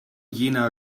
jena